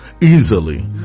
easily